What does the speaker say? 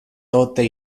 tote